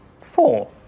Four